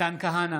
מתן כהנא,